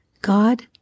God